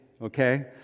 okay